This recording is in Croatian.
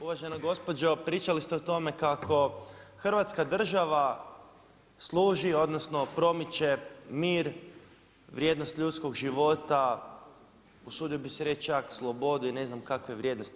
Uvažena gospođo, pričali ste o tome kako Hrvatska država služi odnosno promiče mir, vrijednost ljudskog života, usudio bih se reći čak slobodu i ne znam kakve vrijednosti.